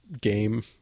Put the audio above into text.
game